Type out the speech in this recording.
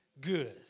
good